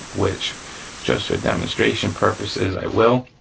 which just for demonstration purposes i will.